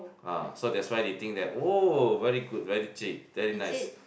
ah so that's why they think that oh very good very cheap very nice